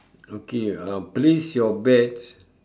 okay uh place your bets